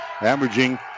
averaging